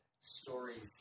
stories